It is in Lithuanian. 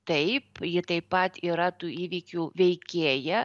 taip ji taip pat yra tų įvykių veikėja